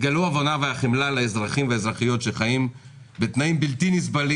תגלו הבנה וחמלה לאזרחים ולאזרחיות שחיים בתנאים בלתי נסבלים